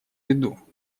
виду